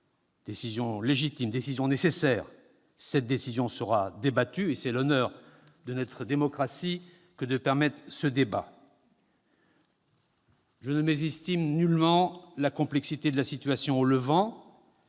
décision légitime, décision nécessaire -sera débattue. C'est l'honneur de notre démocratie que de permettre ce débat. Je ne mésestime nullement la complexité de la situation au Levant.